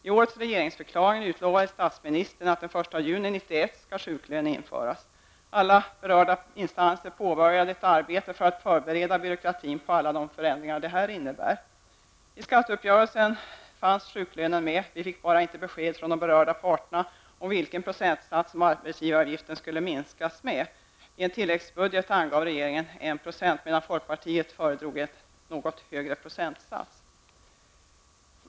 I årets regeringsförklaring utlovade statsministern att den 1 juli 1991 skulle sjuklön införas. Alla berörda instanser påbörjade ett arbete för att förbereda byråkratin på alla de förändringar detta innebar. I skatteuppgörelsen fanns sjuklönen med, vi fick bara inte besked från de berörda parterna om vilken procentsats som arbetsgivaravgiften skulle minskas med. I en tilläggsbudget angav regeringen 1 % medan folkpartiet föredrog en något högre procentsats.